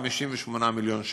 58 מיליון,